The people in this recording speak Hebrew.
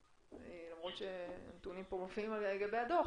למרות שהנתונים פה מופיעים על גבי הדוח.